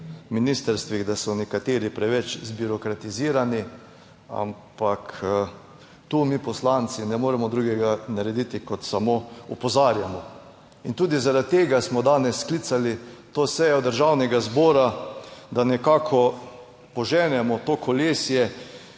ministrstvih, da so nekateri preveč zbirokratizirani, ampak tu mi poslanci ne moremo drugega narediti kot samo opozarjamo in tudi zaradi tega smo danes sklicali to sejo Državnega zbora, da nekako poženemo to kolesje,